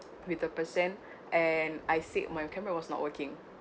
with the person and I said my camera was not working